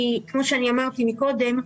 כמו שאמרתי קודם,